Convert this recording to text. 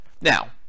Now